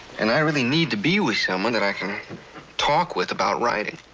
and i really need to be with someone that i can talk with about writing.